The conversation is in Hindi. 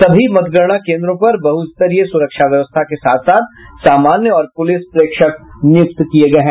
सभी मतगणना केंद्रों पर बहुस्तरीय सुरक्षा व्यवस्था के साथ साथ सामान्य और पुलिस प्रेक्षक नियुक्त किए गए हैं